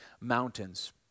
mountains